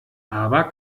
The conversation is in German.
aber